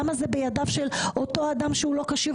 למה זה בידיו של אותו אדם שהוא לא כשיר